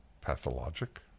pathologic